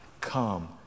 come